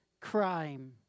Crime